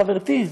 חברתי,